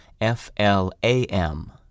F-L-A-M